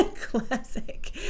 classic